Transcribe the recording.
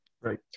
right